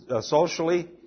socially